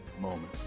moment